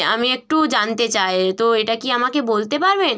আমি একটু জানতে চাই তো এটা কি আমাকে বলতে পারবেন